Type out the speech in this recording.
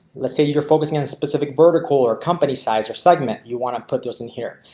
let's say you're focusing on specific vertical or company size or segment. you want to put those in here.